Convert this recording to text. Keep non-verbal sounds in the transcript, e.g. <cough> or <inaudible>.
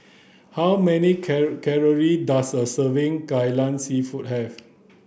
how many <unintelligible> calorie does a serving Kai Lan seafood have